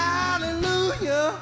Hallelujah